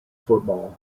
football